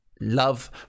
love